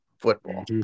football